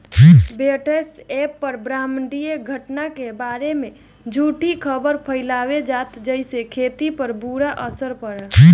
WhatsApp पर ब्रह्माण्डीय घटना के बारे में झूठी खबर फैलावल जाता जेसे खेती पर बुरा असर होता